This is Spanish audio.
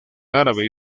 árabe